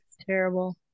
Terrible